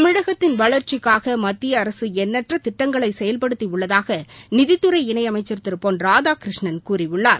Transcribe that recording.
தமிழகத்தின் வளா்ச்சிக்காக மத்திய அரசு எண்ணற்ற திட்டங்களை செயல்படுத்தி உள்ளதாக நிதித்துறை இணை அமைச்சள் திரு பொன் ராதாகிருஷ்ணன் கூறியுள்ளார்